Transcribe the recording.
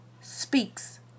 speaks